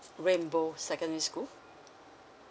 rainbow secondary school